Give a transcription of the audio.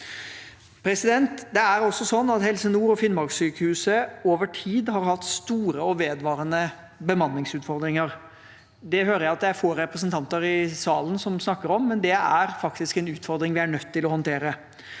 framtiden. Det er også sånn at Helse nord og Finnmarkssykehuset over tid har hatt store og vedvarende bemanningsutfordringer. Det hører jeg at det er få representanter i salen som snakker om, men det er faktisk en utfordring vi er nødt til å håndtere.